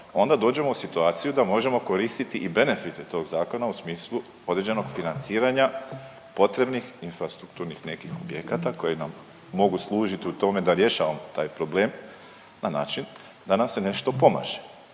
onda dođemo u situaciju da možemo koristiti i benefite tog zakona u smislu određenog financiranja potrebnih infrastrukturnih nekih objekata koji nam mogu služiti u tome da rješavamo taj problem na način da nam se nešto pomaže.